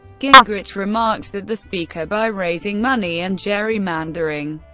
gingrich remarked that the speaker, by raising money and gerrymandering,